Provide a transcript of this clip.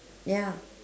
ya